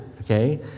okay